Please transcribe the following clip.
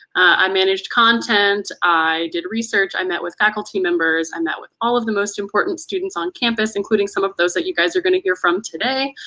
i managed content, i did research, i met with faculty members, i met with all of the most important students on campus, including some of those that you guys are gonna hear from today.